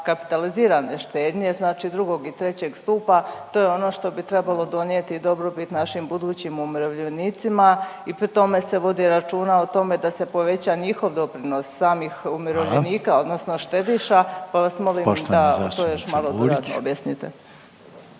kaptalizirane štednje znači drugog i trećeg stupa, to je ono što bi trebalo donijeti dobrobit našim budućim umirovljenicima i pri tome se vodi računa o tome da se poveća njihov doprinos samih umirovljenika …/Upadica Reiner: Hvala./… odnosno